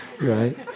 right